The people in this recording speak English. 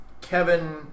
Kevin